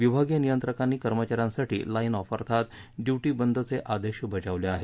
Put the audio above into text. विभागीय नियंत्रकानी कर्मचाऱ्यासाठी लाईन ऑफ अर्थात ड्युटी बंदचे आदेश बजावले आहेत